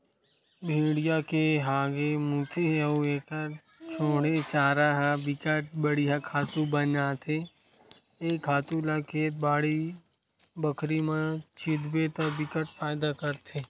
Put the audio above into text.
भेड़िया के हागे, मूते अउ एखर छोड़े चारा ह बिकट बड़िहा खातू बनथे ए खातू ल खेत, बाड़ी बखरी म छितबे त बिकट फायदा करथे